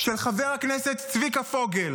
של חבר הכנסת צביקה פוגל